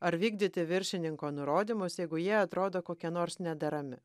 ar vykdyti viršininko nurodymus jeigu jie atrodo kokie nors nederami